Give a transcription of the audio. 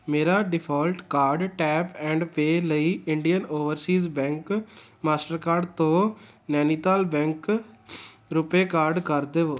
ਮੇਰਾ default card tap and pay ਲਈ Indian overseas bank Mastercard ਤੋਂ ਨੈਨੀਤਾਲ ਬੈਂਕ ਰੁਪੇ ਕਾਰਡ ਕਰ ਦੇਵੋ